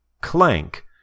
Clank